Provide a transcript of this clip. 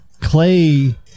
Clay